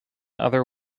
other